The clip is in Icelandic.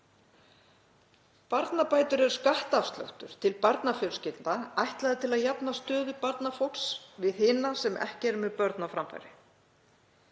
Barnabætur eru skattafsláttur til barnafjölskyldna, ætlaðar til að jafna stöðu barnafólks við hina sem ekki eru með börn á framfæri.